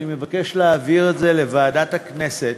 אני מבקש להעביר את זה לוועדת הכנסת,